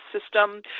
system